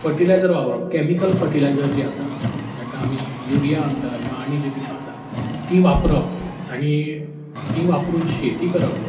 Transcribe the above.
fertiliser वापरप chemical fertilisers जीं आसा जेका आमी युरिया आम् म्हणटात किंवां आनी जें कितें आसा तीं वापरप आनी तीं वापरून शेती करप